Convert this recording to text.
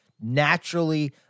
naturally